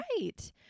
right